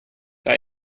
wer